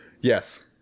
Yes